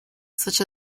such